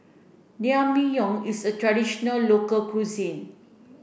Naengmyeon is a traditional local cuisine